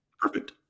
Perfect